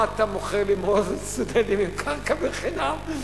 מה אתה מוכר לי קרקע בחינם,